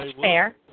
fair